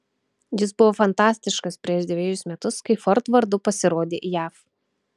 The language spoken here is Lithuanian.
jis buvo fantastiškas prieš dvejus metus kai ford vardu pasirodė jav